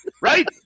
Right